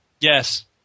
Yes